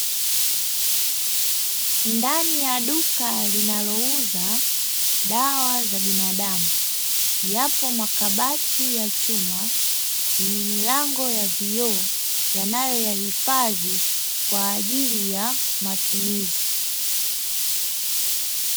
Ndani ya duka linalouza dawa za binaadamu, yapo makabati ya chuma, yenye milango ya vioo yanayoyahifadhi kwa ajili ya matumizi.